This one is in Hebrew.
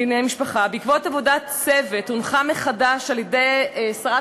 עבודת הצוות היא הונחה מחדש על-ידי שרת